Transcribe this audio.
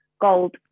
gold